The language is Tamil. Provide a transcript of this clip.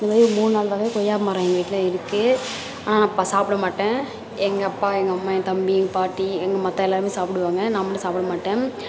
இந்த மாரி மூணு நாலு வகை கொய்யா மரோம் எங்கள் வீட்டில் இருக்குது ஆனால் ப சாப்பிட மாட்டேன் எங்கள் அப்பா எங்க அம்மா என் தம்பி எங்கள் பாட்டி எங்கள் மற்ற எல்லாருமே சாப்பிடுவாங்க நான் மட்டும் சாப்பிட மாட்டேன்